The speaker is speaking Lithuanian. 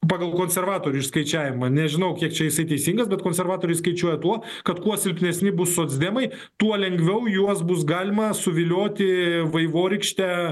pagal konservatorių išskaičiavimą nežinau kiek čia jisai teisingas bet konservatoriai skaičiuoja tuo kad kuo silpnesni bus socdemai tuo lengviau juos bus galima suvilioti vaivorykšte